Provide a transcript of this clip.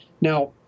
Now